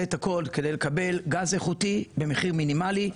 את הכל כדי לקבל גז איכותי במחיר מינימלי.